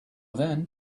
then